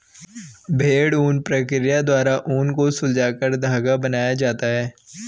भेड़ ऊन प्रक्रिया द्वारा ऊन को सुलझाकर धागा बनाया जाता है